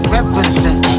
Represent